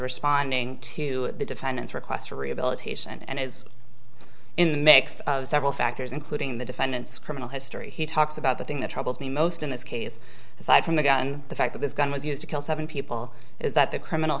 responding to the defendant's request for rehabilitation and it is in the mix of several factors including the defendant's criminal history he talks about the thing that troubles me most in this case aside from the gun the fact that this gun was used to kill seven people is that the criminal